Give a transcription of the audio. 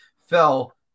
fell